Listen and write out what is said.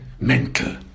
mental